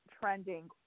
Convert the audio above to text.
trending